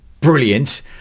brilliant